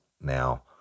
Now